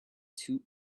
two